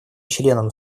членам